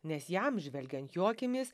nes jam žvelgiant jo akimis